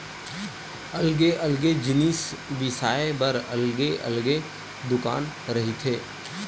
अलगे अलगे जिनिस बिसाए बर अलगे अलगे दुकान रहिथे